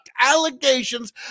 allegations